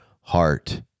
heart